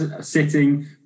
sitting